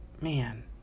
Man